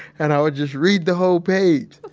and i would just read the whole page!